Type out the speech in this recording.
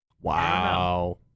Wow